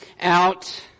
out